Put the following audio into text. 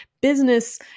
business